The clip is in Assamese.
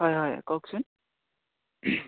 হয় হয় কওকচোন